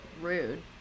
rude